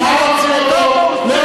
נא להוציא אותו.